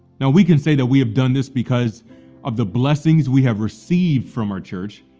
now we can say that we have done this because of the blessings we have received from our church,